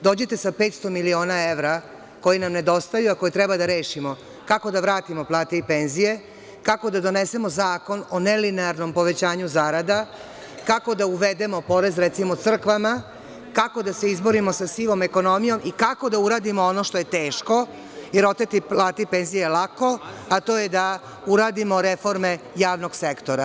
Dođite sa 500 miliona evra, koji nam ne dostaju, a koje treba da rešimo kako da vratimo plate i penzije, kako da donesemo zakon o nelinearnom povećanju zarada, kako da uvedemo porez, recimo crkvama, kako da se izborimo sa sivom ekonomijom i kao da uradimo ono što je teško, jer oteti plate i penzije je lako, a to je da uradimo reforme javnog sektora.